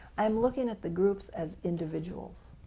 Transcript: i'm looking at the groups as individuals